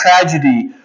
tragedy